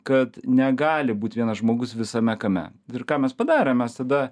kad negali būt vienas žmogus visame kame ir ką mes padarėm mes tada